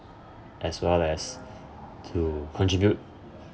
as well as to contribute